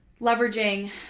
leveraging